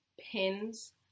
pins